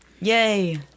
Yay